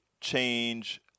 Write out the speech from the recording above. change